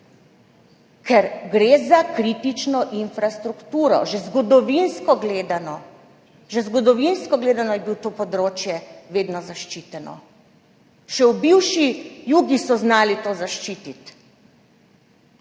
ker gre za kritično infrastrukturo. Že zgodovinsko gledano je bilo to področje vedno zaščiteno. Še v bivši Jugi so znali to zaščititi.